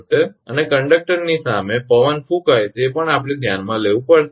અને કંડકટરની સામે પવન ફૂંકાય તે પણ આપણે ધ્યાનમાં લેવું પડશે